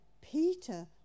Peter